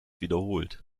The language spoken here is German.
wiederholt